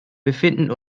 befinden